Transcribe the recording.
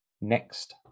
next